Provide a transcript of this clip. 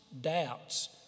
doubts